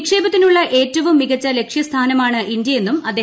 നിക്ഷേപത്തിനുള്ള ഏറ്റവും മികച്ച ലക്ഷ്യസ്ഥാനമാണ് ഇന്ത്യയെന്നും അദ്ദേഹം പറഞ്ഞു